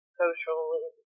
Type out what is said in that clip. socially